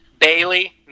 Bailey